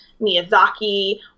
Miyazaki